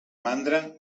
mandra